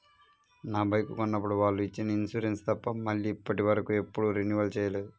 నా బైకు కొన్నప్పుడు వాళ్ళు ఇచ్చిన ఇన్సూరెన్సు తప్ప మళ్ళీ ఇప్పటివరకు ఎప్పుడూ రెన్యువల్ చేయలేదు